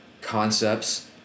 concepts